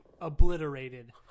obliterated